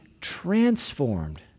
transformed